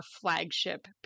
flagship